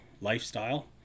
lifestyle